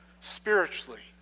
spiritually